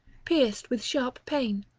pierced with sharp pain.